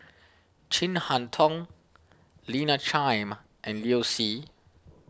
Chin Harn Tong Lina Chiam and Liu Si